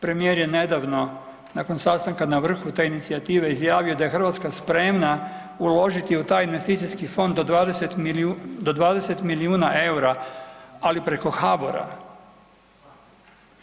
Premijer je nedavno nakon sastanka na vrhu te inicijative izjavio da je Hrvatska spremna uložiti u taj Investicijski fond do 20 milijuna EUR-a, ali preko HBOR-a.